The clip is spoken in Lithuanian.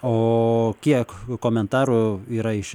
o kiek komentarų yra iš